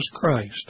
Christ